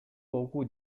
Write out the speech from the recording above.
окуу